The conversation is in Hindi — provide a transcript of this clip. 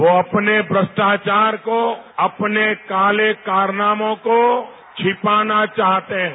वो अपने भ्रष्टाचार को अपने काले कारनामों को छिपाना चाहते हैं